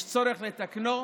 יש צורך לתקנו,